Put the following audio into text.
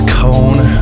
cone